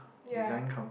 ya